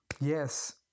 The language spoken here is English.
Yes